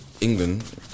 England